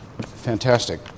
fantastic